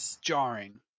jarring